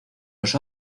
los